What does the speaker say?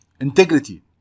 integrity